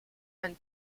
and